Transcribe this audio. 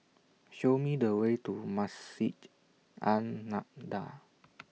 Show Me The Way to Masjid An Nahdhah